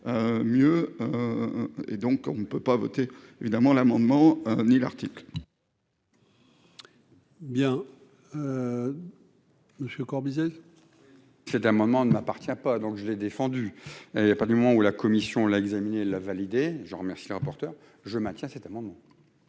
mieux et donc on ne peut pas voter évidemment l'amendement ni l'article. Bien monsieur Corbizet. C'est un moment, on ne m'appartient pas, donc je l'ai défendu il y a pas, du moment où la commission l'a examiné la valider, je remercie le rapporteur je maintiens cet amendement.